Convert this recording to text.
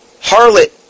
harlot